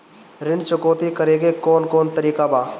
ऋण चुकौती करेके कौन कोन तरीका बा?